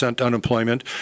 unemployment